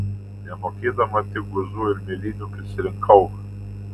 nemokėdama tik guzų ir mėlynių prisirinkau